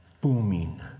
Booming